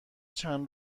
چند